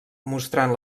mostrant